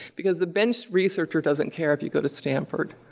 because a bench researcher doesn't care if you go to stanford.